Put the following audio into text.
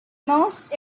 most